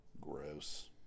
Gross